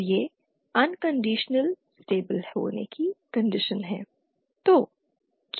तो यह unconditional stable होने की कंडीशन है